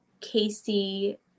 Casey